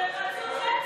אין חצי חייל,